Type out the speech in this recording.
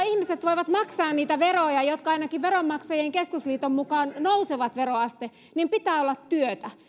ihmiset voivat maksaa niitä veroja jotka ainakin veronmaksajain keskusliiton mukaan nousevat veroaste nousee niin pitää olla työtä